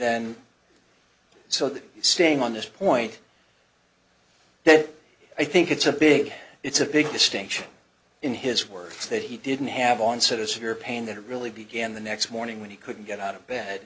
then so staying on this point that i think it's a big it's a big distinction in his words that he didn't have onset of severe pain that really began the next morning when he couldn't get out of bed